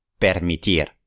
permitir